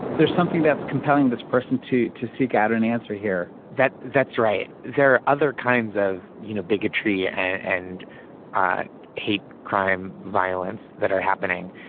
there's something that's compelling, this person to to seek out an answer here that that's right. there are other kinds of, you know, bigotry and and i hate crime, violence that are happening.